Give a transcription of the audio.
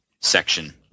section